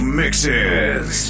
mixes